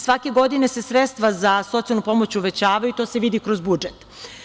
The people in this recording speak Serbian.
Svake godine se sredstva za socijalnu pomoć uvećavaju i to se vidi kroz budžet.